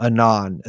Anon